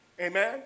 Amen